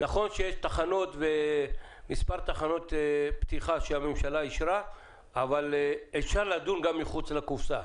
נכון שיש מספר תחנות פתיחה שהממשלה אישרה אבל אפשר לדון גם מחוץ לקופסה.